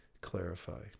clarify